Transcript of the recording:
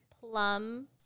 plum